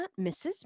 mrs